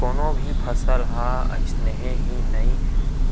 कोनो भी फसल ह अइसने ही नइ